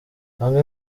bamwe